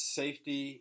safety